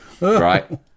Right